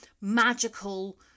magical